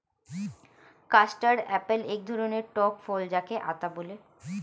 custard apple এক ধরণের টক ফল যাকে আতা বলে